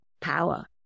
power